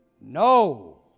No